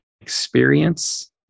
experience